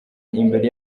imbere